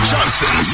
Johnson